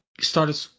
started